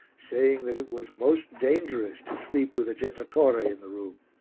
saying that it was most dangerous to sleep with a jettatore in the room.